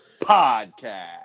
Podcast